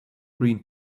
green